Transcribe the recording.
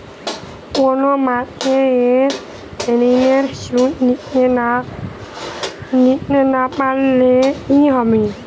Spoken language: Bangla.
কোন মাস এ ঋণের সুধ দিতে না পারলে কি হবে?